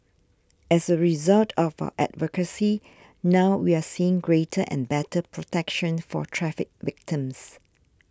as a result of our advocacy now we're seeing greater and better protection for traffic victims